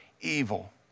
evil